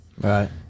Right